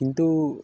किन्तु